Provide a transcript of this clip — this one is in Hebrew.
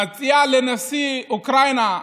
מציעה לנשיא אוקראינה,